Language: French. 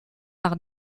par